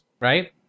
right